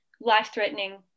life-threatening